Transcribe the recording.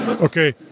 Okay